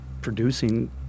producing